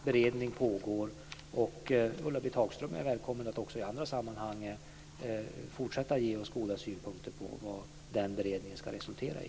Beredning pågår, och Ulla-Britt Hagström är välkommen att också i andra sammanhang fortsätta att ge oss goda synpunkter på vad den beredningen ska resultera i.